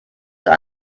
zur